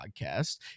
podcast